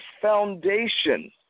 foundation